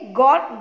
got